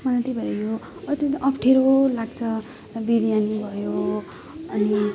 त्यही भएर अचेल अप्ठ्यारो लाग्छ बिरयानी भयो अनि